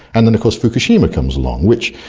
and then of course fukushima comes along which,